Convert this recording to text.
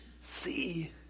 see